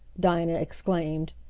dinah exclaimed.